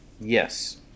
Yes